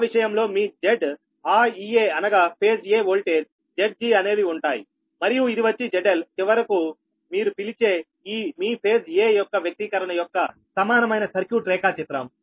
ఆ విషయంలో మీ Zఆ Ea అనగా ఫేజ్ a ఓల్టేజ్ Zg అనేవి ఉంటాయి మరియు ఇది వచ్చి ZLచివరికి మీరు పిలిచే మీ ఫేజ్ a యొక్క వ్యక్తీకరణ యొక్క సమానమైన సర్క్యూట్ రేఖాచిత్రం